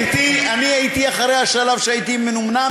גברתי, אני הייתי אחרי השלב שהייתי מנומנם.